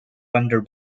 thunder